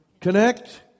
connect